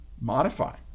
modify